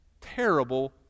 terrible